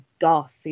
goth